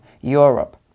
Europe